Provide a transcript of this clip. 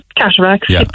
cataracts